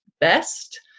best